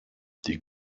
die